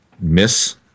miss